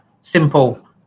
simple